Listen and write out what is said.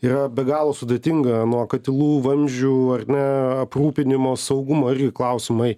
yra be galo sudėtinga nuo katilų vamzdžių ar ne aprūpinimo saugumo irgi klausimai